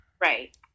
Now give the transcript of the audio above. Right